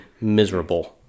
miserable